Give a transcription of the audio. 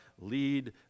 lead